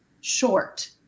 short